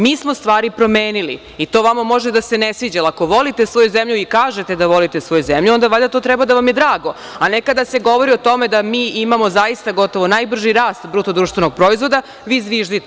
Mi smo stvari promenili i to vama može da se ne sviđa, ali ako volite svoju zemlju, i kažete da volite svoju zemlju, valjda to treba da vam je drago, a ne kada se govori o tome da mi imamo zaista gotovo najbrži rast BDP, vi zviždite.